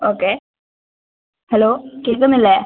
okay hello കേൾക്കുന്നില്ലേ